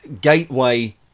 gateway